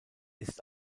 ist